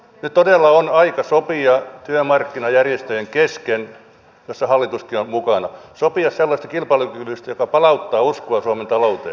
nyt todella on aika sopia työmarkkinajärjestöjen kesken jossa hallituskin on mukana sellaisesta kilpailukyvystä joka palauttaa uskoa suomen talouteen